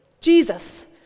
Jesus